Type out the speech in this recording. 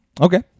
okay